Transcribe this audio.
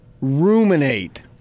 Ruminate